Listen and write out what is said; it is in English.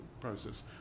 process